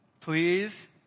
please